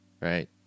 right